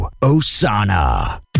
Osana